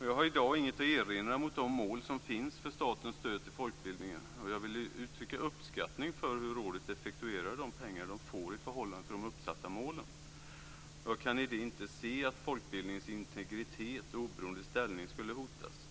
Jag har i dag inget att erinra mot de mål som finns för statens stöd till folkbildningen och vill uttrycka uppskattning för rådets sätt att effektuera de pengar som man får i förhållande till uppsatta mål. Jag kan i detta inte se att folkbildningens integritet och oberoende ställning skulle hotas.